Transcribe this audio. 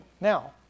Now